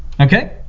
Okay